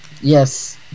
Yes